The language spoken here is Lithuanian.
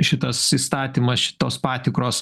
šitas įstatymas šitos patikros